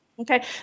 Okay